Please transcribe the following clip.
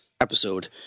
episode